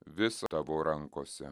vis tavo rankose